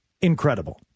incredible